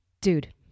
dude